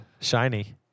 Shiny